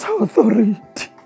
authority